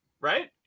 right